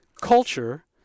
culture